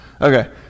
Okay